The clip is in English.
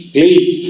Please